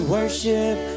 Worship